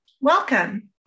Welcome